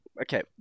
okay